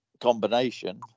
combination